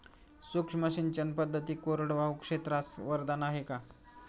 सूक्ष्म सिंचन पद्धती कोरडवाहू क्षेत्रास वरदान आहे का?